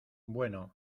bueno